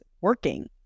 working